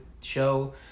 show